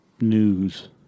news